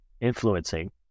influencing